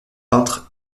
peintre